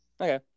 Okay